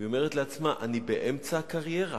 והיא אומרת לעצמה: אני באמצע הקריירה,